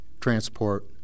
transport